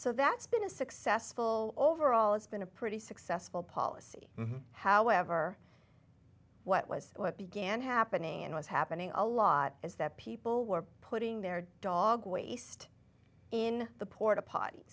so that's been a successful overall it's been a pretty successful policy however what was what began happening and was happening a lot is that people were putting their dog waste in the port a pott